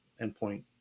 endpoint